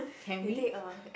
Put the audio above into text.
can we